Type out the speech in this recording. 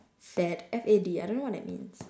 fad F A D I don't know what that means